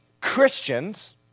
Christians